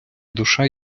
душа